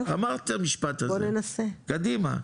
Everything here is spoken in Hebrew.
אמרת את המשפט הזה, קדימה.